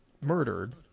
murdered